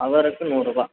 ஹவருக்கு நூறுரூபா